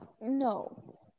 no